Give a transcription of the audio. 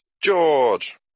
George